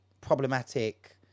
problematic